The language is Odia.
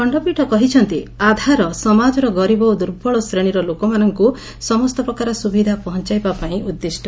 ଖଶ୍ତପୀଠ କହିଛନ୍ତି ଆଧାର ସମାଜର ଗରିବ ଓ ଦୁର୍ବଳ ଶ୍ରେଣୀର ଲୋକମାନଙ୍କୁ ସମସ୍ତ ପ୍ରକାର ସ୍ରବିଧା ପହଞ୍ଚାଇବାପାଇଁ ଉଦ୍ଦିଷ୍ଟ